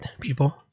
people